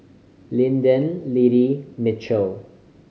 Linden Liddie Mitchel